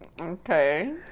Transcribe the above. Okay